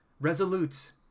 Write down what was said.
resolute